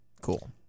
Cool